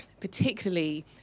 particularly